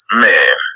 man